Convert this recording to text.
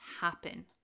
happen